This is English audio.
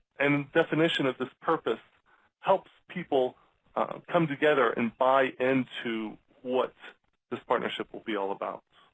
and definition of this purpose helps people come together and buy into what this partnership will be all about.